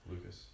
Lucas